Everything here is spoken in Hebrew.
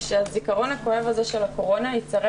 ושהזיכרון הכואב הזה של הקורונה ייצרב